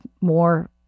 more